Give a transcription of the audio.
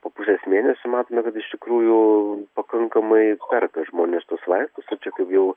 po pusės mėnesio matome kad ištikrųjų pakankamai perka žmonės tuos vaistus ir čia kaip jau